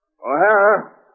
O'Hara